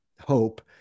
hope